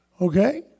Okay